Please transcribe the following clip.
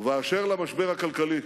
ובאשר למשבר הכלכלי,